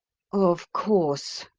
of course!